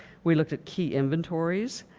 we looked at key inventories,